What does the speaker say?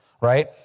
right